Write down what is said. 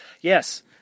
Yes